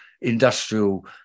industrial